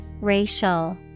Racial